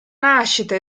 nascita